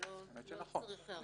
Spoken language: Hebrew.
לא צריך היערכות.